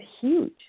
huge